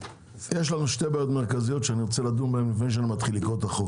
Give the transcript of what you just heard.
יש לנו 2 בעיות מרכזיות שאני רוצה לדון בהן לפני שאני קורא את החוק.